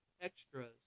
extras